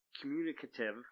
communicative